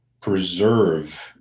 preserve